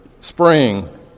spring